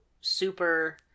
super